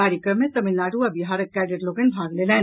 कार्यक्रम मे तमिलनाडु आ बिहारक कैंडेट लोकनि भाग लेलनि